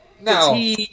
Now